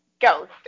ghost